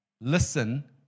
listen